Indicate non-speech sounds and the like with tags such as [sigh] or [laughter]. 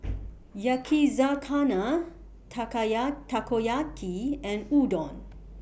[noise] Yakizakana [unintelligible] Takoyaki and Udon